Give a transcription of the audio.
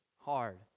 hard